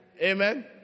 Amen